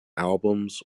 albums